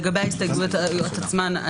לגבי ההסתייגויות עצמן,